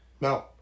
no